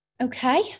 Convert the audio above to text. Okay